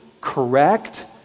correct